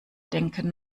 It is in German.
denken